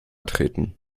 treten